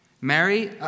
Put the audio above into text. Mary